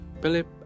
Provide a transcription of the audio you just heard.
Philip